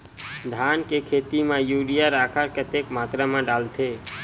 धान के खेती म यूरिया राखर कतेक मात्रा म डलथे?